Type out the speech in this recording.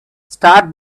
start